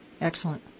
Excellent